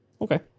Okay